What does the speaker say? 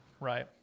Right